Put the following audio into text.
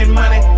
money